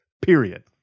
Period